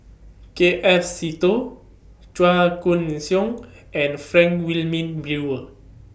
K F Seetoh Chua Koon Siong and Frank Wilmin Brewer